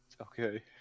Okay